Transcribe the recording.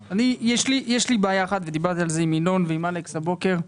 יש לי בעיה אחת ודיברתי עליה עם ינון ועם אלכס הבוקר.